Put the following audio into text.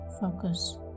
focus